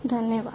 धन्यवाद